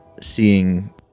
seeing